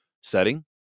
setting